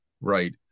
right